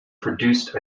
produced